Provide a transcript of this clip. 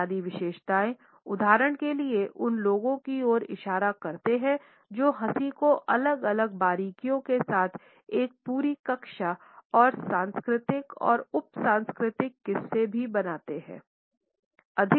बुनियादी विशेषताओं उदाहरण के लिए उन लोगों की ओर इशारा करते हैं जो हंसी को अलग अलग बारीकियों के साथ एक पूरी कक्षा और सांस्कृतिक और उप सांस्कृतिक किस्में भी बनाते हैं